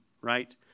right